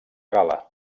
gala